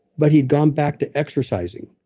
but he'd gone back to exercising.